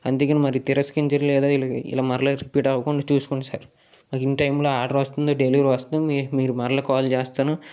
అందుకని మరి తిరస్కరించేరా లేదా ఇలా మరలా రిపీట్ అవ్వకుండా చూసుకోండి సార్ మాకు ఇన్ టైమ్ లో ఆర్డర్ వస్తుంది డెలివరీ వస్తుంది మీరు మరలా కాల్ చేస్తాను